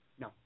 No